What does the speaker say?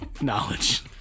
knowledge